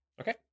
Okay